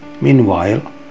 Meanwhile